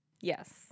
Yes